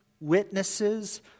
witnesses